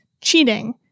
cheating